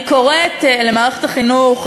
אני קוראת למערכת החינוך,